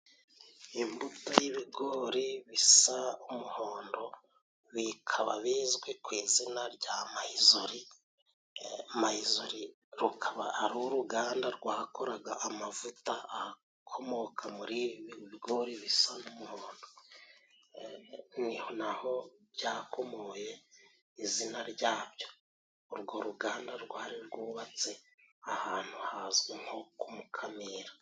Imbuto y'ibigori bisa n'umuhondo bikaba bizwi ku izina rya Mayizori. Mayizori rukaba ari uruganda rwakoraga amavuta akomoka muri ibi bigori bisa n'umuhondo. Ni aho byakomoye izina ryabyo. Urwo ruganda rwari rwubatse ahantu hazwi nko ku Mukamira.